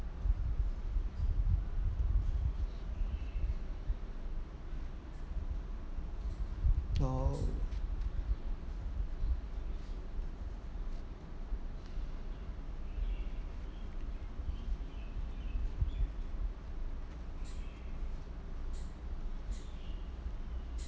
oh